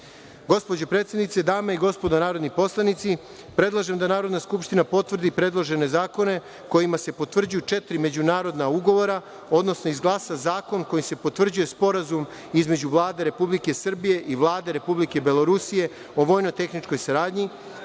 snaga. Gospođo predsednice, dame i gospod narodni poslanici, predlažem da Narodna skupština potvrdi predložene zakone kojima se potvrđuju četiri međunarodna ugovora, odnosno da se izglasa zakon koji potvrđuje Sporazum između Vlade Republike Srbije i Vlade Republike Belorusije o vojno-tehničkoj saradnji,